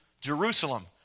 Jerusalem